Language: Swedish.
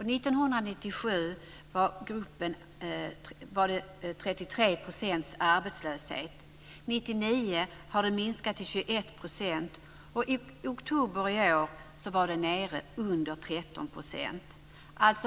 År 1997 var 33 % i den gruppen arbetslösa. År 1999 hade det minskat till 21 %, och i oktober i år var det nere under 13 %.